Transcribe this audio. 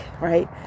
right